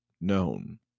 known